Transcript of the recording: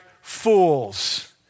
fools